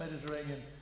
Mediterranean